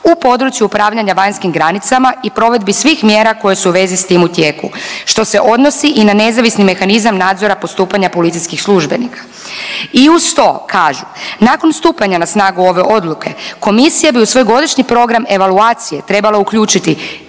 u području upravljanja vanjskim granicama i provedbi svih mjera koje su u vezi s tim u tijeku, što se odnosi i na nezavisni mehanizam nadzora postupanja policijskih službenika. I uz to kažu, nakon stupanja na snagu ove odluke komisija bi u svoj godišnji program evaluacije trebala uključiti